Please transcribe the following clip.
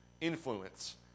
influence